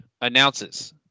announces